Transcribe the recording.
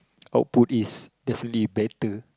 output is definitely better